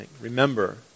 Remember